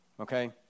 Okay